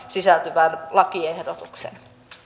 sisältyvän lakiehdotuksen